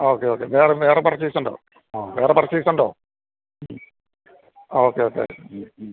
okay okay വേറെ വേറെ പർച്ചേസുണ്ടോ ആ വേറെ പർച്ചേസുണ്ടോ ഓക്കെ ഓക്കെ